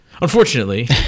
Unfortunately